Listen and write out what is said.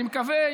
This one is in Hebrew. אני מקווה,